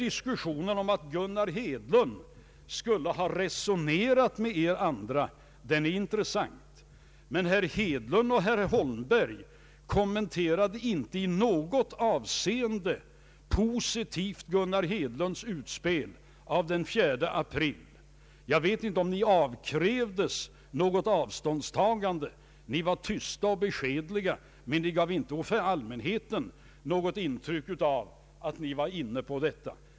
Diskussionen om att Gunnar Hedlund skulle ha resonerat med er andra är intressant, men herr Helén och herr Holmberg kommenterade inte i något avseende positivt Gunnar Hedlunds utspel av den 4 april. Jag vet inte, om ni avkrävdes något ståndpunktstagande. Ni var tysta och beskedliga, och ni gav inte allmänheten något intryck av att ni var inne på detta.